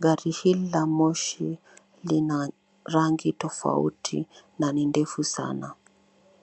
Gari hilo la moshi lina rangi tofauti na ni ndefu sana.